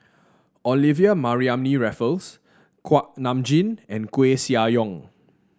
Olivia Mariamne Raffles Kuak Nam Jin and Koeh Sia Yong